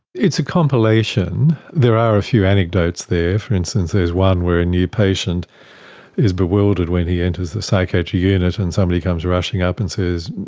it's a compilation. there are a few anecdotes there. for instance, there is one where a new patient is bewildered when he enters the psychiatric unit and somebody comes rushing up and says,